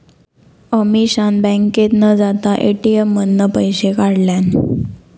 अमीषान बँकेत न जाता ए.टी.एम मधना पैशे काढल्यान